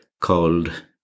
called